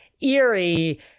eerie